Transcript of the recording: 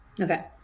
Okay